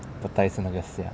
pad thai 是那个虾